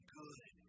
good